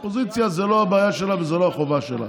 אופוזיציה, זה לא הבעיה שלה, וזה לא החובה שלה.